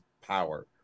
power